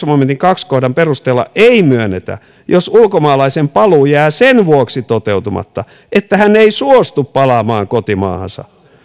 momentin toisen kohdan perusteella ei myönnetä jos ulkomaalaisen paluu jää sen vuoksi toteutumatta että hän ei suostu palaamaan kotimaahansa